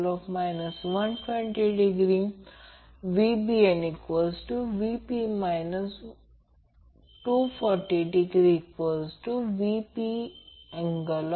72 आहे आणि दोन्ही व्हेरिएबल आहेत RL आणि X देखील व्हेरिएबल आहेत